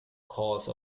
course